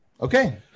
Okay